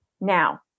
Now